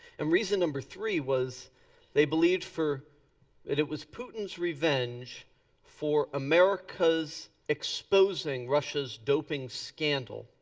and reason number three was they believed for that it was putin's revenge for america's exposing russia's doping scandal.